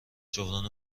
جبران